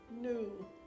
new